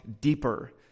deeper